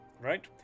Right